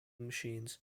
machines